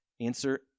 answer